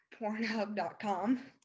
Pornhub.com